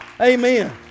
Amen